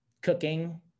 cooking